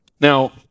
Now